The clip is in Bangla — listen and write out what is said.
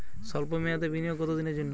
সল্প মেয়াদি বিনিয়োগ কত দিনের জন্য?